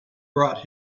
brought